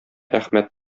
әхмәт